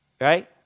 Right